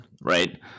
right